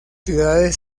ciudades